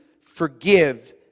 forgive